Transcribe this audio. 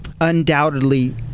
undoubtedly